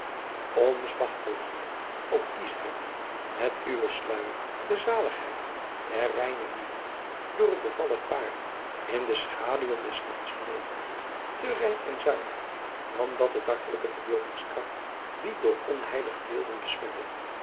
zwachtel hier o ieschheid met uwen sluijer de zaligheden der reine liefde door het bevallig paar in de schaduwen des nachts genoten te rein en zuiver dan dat de dartele verbeeldingskracht die door onheilige beelden besmette